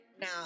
Now